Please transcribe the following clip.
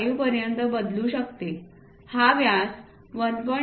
5 पर्यंत बदलू शकते हा व्यास 1